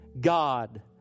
God